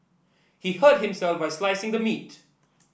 he hurt himself while slicing the meat